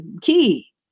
key